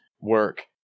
work